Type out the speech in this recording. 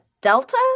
Delta